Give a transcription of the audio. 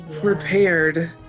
prepared